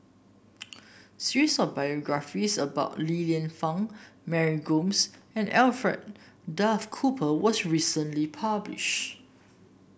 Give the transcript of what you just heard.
series of biographies about Li Lienfung Mary Gomes and Alfred Duff Cooper was recently published